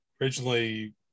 originally